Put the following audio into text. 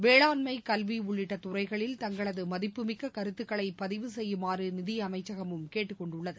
வேளாண்மை கல்விஉள்ளிட்டதுறைகளில் தங்களதுமதிப்புமிக்ககருத்துக்களைபதிவு செய்யுமாறநிதியமைச்சகமும் கேட்டுக் கொண்டுள்ளது